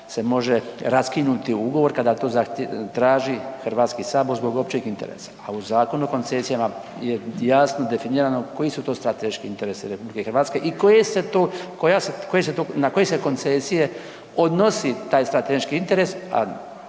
se može raskinuti ugovor kada to traži Hrvatski sabor zbog općeg interesa, a u Zakonu o koncesijama je jasno definirano koji su to strateški interesi RH i koja se to, na koje se koncesije odnosi taj strateški interes,